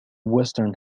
western